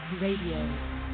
Radio